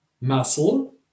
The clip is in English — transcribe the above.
muscle